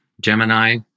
Gemini